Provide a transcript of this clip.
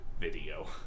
video